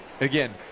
Again